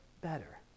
better